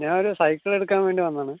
ഞാനൊരു സൈക്കിൾ എടുക്കാൻ വേണ്ടി വന്നതാണ്